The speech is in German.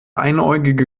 einäugige